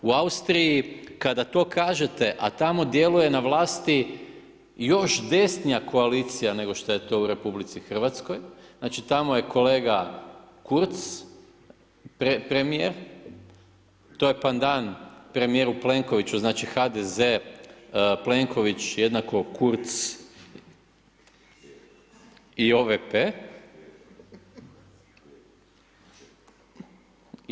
U Austriji kada to kažete a tamo djeluje na vlasti još desnija koalicija nego što je to u RH, znači tamo je kolega Kurtz, premijer, to je pandan premijeru Plenkoviću, znači HDZ Plenković = Kurtz i OVP.